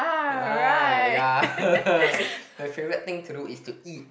uh ya my favourite thing to do is to eat